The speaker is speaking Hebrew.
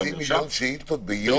חצי מיליון שאילתות ביום?